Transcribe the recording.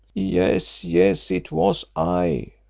yes, yes, it was i,